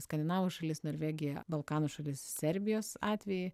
skandinavų šalis norvegiją balkanų šalis serbijos atvejį